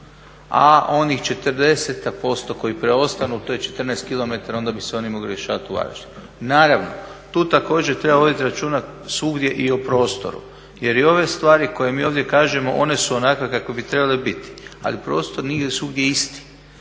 a onih 40% koji preostanu to je 14km onda bi se oni mogli rješavati u Varaždinu. Naravno tu također treba voditi računa svugdje i o prostoru jer i ove stvari koje mi ovdje kažemo one su onakve kakve bi trebale biti, ali prostor nije svugdje isti.